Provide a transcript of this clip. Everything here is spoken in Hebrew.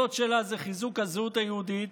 שהיסודות שלה הם חיזוק הזהות היהודית,